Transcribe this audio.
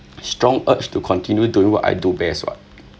strong urge to continue doing what I do best what